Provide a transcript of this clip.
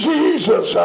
Jesus